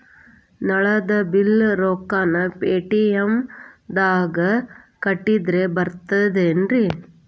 ನಳದ್ ಬಿಲ್ ರೊಕ್ಕನಾ ಪೇಟಿಎಂ ನಾಗ ಕಟ್ಟದ್ರೆ ಬರ್ತಾದೇನ್ರಿ?